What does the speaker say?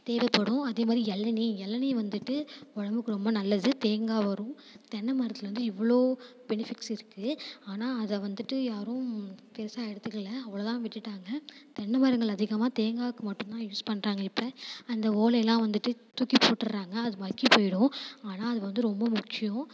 தேவைப்படும் அதே மாதிரி இளநீ இளநீ வந்துட்டு உடம்புக்கு ரொம்ப நல்லது தேங்காய் வரும் தென்னைமரத்துலேருந்து இவ்வளோ பெனிபிட்ஸ் இருக்குது ஆனால் அதை வந்துட்டு யாரும் பெருசாக எடுத்துக்கலை அவ்வளோதான் விட்டுட்டாங்க தென்னை மரங்கள் அதிகமாக தேங்காய்க்கு மட்டும்தான் யூஸ் பண்ணுறாங்க இப்போ அந்த ஓலையெல்லாம் வந்துட்டு தூக்கி போட்டுறாங்க அது மக்கிப் போயிரும் ஆனால் அது வந்து ரொம்ப முக்கியம்